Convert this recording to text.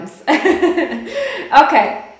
Okay